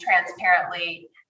transparently